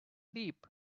deep